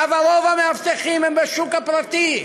אבל רוב המאבטחים הם בשוק הפרטי,